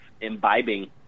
imbibing